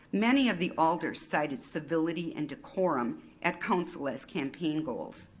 many of the alders cited civility and decorum at council as campaign goals.